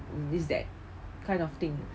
is that kind of thing